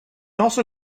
also